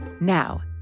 Now